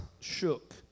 shook